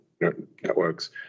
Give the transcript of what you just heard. networks